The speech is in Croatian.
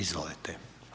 Izvolite.